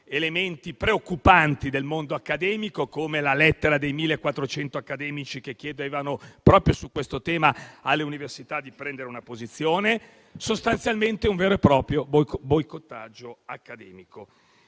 elementi preoccupanti del mondo accademico, come la lettera dei 1.400 accademici che chiedevano alle università, proprio su questo tema, di prendere una posizione; sostanzialmente, un vero e proprio boicottaggio accademico.